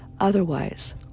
Otherwise